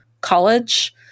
college